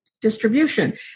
distribution